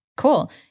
Cool